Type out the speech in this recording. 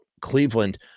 Cleveland